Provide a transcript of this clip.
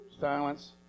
Silence